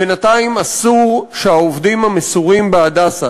בינתיים אסור שהעובדים המסורים ב"הדסה",